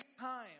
time